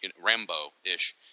Rambo-ish